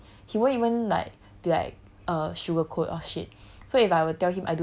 he'll just tell me what he thinks [what] he won't even like be like sugar coat or shit